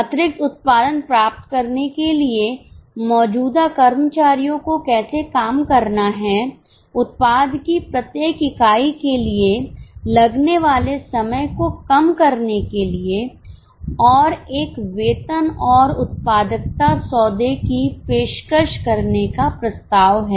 अतिरिक्त उत्पादन प्राप्त करने के लिए मौजूदा कर्मचारियों को कैसे काम करना है उत्पाद की प्रत्येक इकाई के लिए लगने वाले समय को कम करने के लिए और एक वेतन और उत्पादकता सौदे की पेशकश करने का प्रस्ताव है